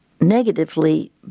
negatively